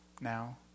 now